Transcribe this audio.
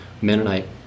Mennonite